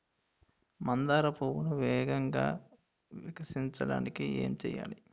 మందార పువ్వును వేగంగా వికసించడానికి ఏం చేయాలి?